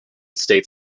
state